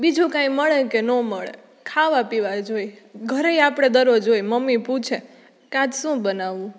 બીજું કાંઈ મળે કે નો મળે ખાવા પીવા તો જોઈએ જ ઘરેય આપણે દરરોજ હોય મમ્મી પૂછે કે આજે શું બનાવું